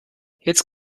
jetzt